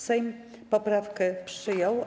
Sejm poprawkę przyjął.